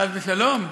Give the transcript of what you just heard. חס ושלום,